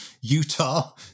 Utah